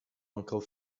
uncle